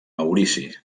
maurici